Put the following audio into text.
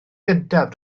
gyntaf